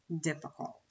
difficult